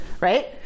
Right